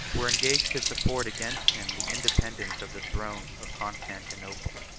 were engaged to support, against him, the independence of the throne of constantinople.